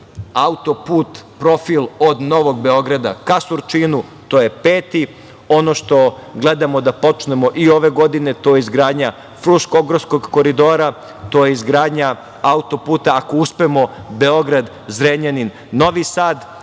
autoput profil od Novog Beograda ka Surčinu, to je peti. Ono što gledamo da počnemo ove godine, to je izgradnja Fruškogorskog koridora, to je izgradnja autoputa, ako uspemo, Beograd-Zrenjanin-Novi Sad